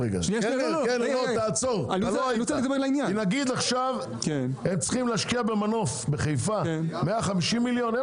נגיד עכשיו הם צריכים להשקיע במנוף בחיפה 150 מיליון.